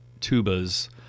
tubas